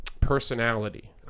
personality